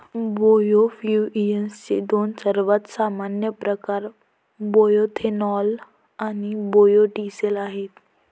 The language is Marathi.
बायोफ्युएल्सचे दोन सर्वात सामान्य प्रकार बायोएथेनॉल आणि बायो डीझेल आहेत